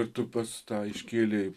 ir tu pats tą iškėlei